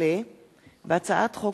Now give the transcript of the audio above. הצעת חוק